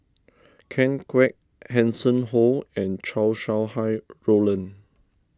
Ken Kwek Hanson Ho and Chow Sau Hai Roland